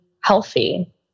healthy